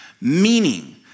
Meaning